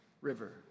river